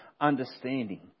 understanding